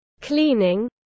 cleaning